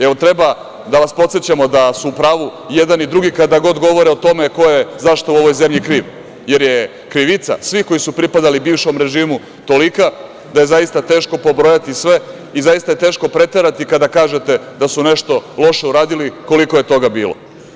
Jel treba da vas podsećamo da su u pravu i jedan i drugi kada god govore o tome ko je za šta u ovoj zemlji kriv, jer je krivica svih koji su pripadali bivšem režimu tolika da je zaista teško pobrojati sve i zaista je teško preterati kada kažete da su nešto loše uradili koliko je toga bilo.